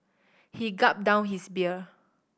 he gulped down his beer